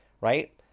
right